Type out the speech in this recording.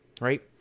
right